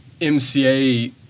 MCA